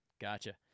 Gotcha